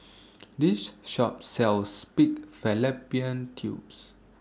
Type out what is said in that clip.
This Shop sells Pig Fallopian Tubes